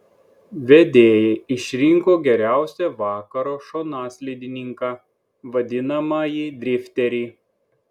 vedėjai išrinko geriausią vakaro šonaslydininką vadinamąjį drifterį